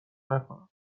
نکنم